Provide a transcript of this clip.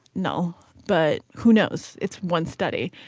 no but who knows. it's one study.